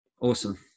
Awesome